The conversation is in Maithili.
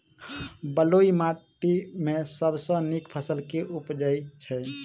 बलुई माटि मे सबसँ नीक फसल केँ उबजई छै?